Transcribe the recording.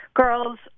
Girls